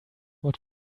what